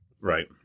right